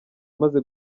amaze